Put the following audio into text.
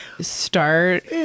start